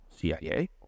CIA